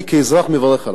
אני כאזרח מברך עליו.